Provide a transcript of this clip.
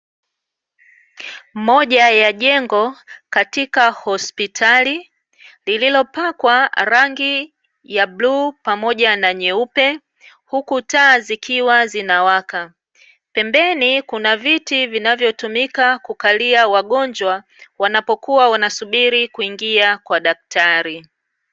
Moja ya jengo katika hospitali lililopakwa rangi ya bluu pamoja na nyeupe huku taa zikiwa zinawaka. Pembeni kuna viti vinavyotumika kukalia wagonjwa wanapokua wanasubiri kuingia kwa daktari.